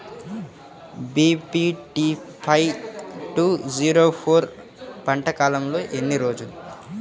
BPT five two zero four పంట కాలంలో ఎన్ని రోజులు?